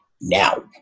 now